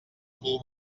cul